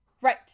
Right